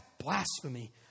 blasphemy